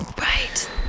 right